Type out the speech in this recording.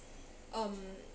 um